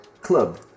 Club